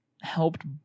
helped